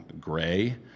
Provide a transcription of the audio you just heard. gray